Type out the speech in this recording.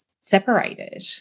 separated